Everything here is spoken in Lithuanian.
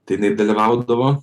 tai jinai dalyvaudavo